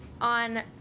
on